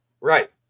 Right